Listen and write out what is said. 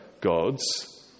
gods